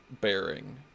bearing